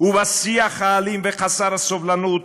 ובשיח האלים וחסר הסובלנות,